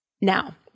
Now